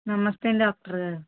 నమస్తే డాక్టర్ గారు